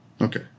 Okay